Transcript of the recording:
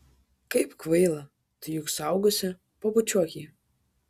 kaip kvaila tu juk suaugusi pabučiuok jį